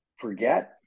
forget